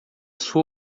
sua